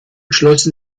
schlossen